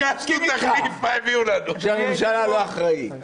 אני מסכים שהממשלה לא אחראית.